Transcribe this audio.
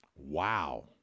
Wow